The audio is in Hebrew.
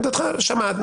את עמדתך שמענו.